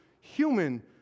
human